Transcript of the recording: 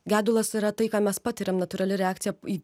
gedulas yra tai ką mes patiriam natūrali reakcija į